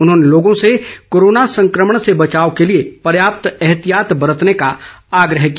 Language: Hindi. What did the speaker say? उन्होंने लोगों से कोरोना संक्रमण से बचाव के लिए पर्याप्त एहतियात बरतने का आग्रह किया